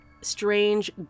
Strange